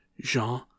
Jean